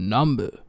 Number